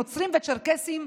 נוצרים וצ'רקסים,